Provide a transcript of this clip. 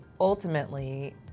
Ultimately